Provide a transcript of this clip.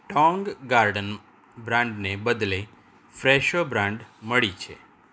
Tong Garden બ્રાંડને બદલે Fresho brand મળી છે